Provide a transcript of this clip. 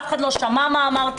אף אחד לא שמע מה אמרתי,